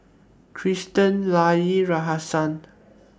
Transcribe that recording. Christian Leyla Rahsaan